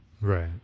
right